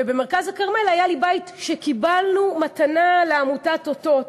ובמרכז הכרמל היה לי בית שקיבלנו במתנה לעמותת "אותות",